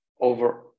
over